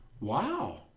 Wow